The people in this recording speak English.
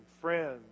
friends